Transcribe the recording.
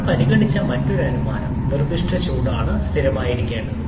നമ്മൾ പരിഗണിച്ച മറ്റൊരു അനുമാനം നിർദ്ദിഷ്ട ചൂടാണ് സ്ഥിരമായിരിക്കേണ്ടത്